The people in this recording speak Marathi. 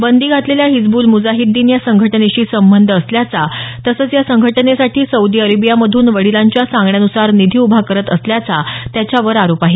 बंदी घातलेल्या हिजबुल मुजाहिद्दीन या संघटनेशी संबंध असल्याचा तसंच या संघटनेसाठी सौदी अरेबियामधून वडिलांच्या सांगण्यानुसार निधी उभा करत असल्याचा त्याच्यावर आरोप आहे